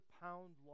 pound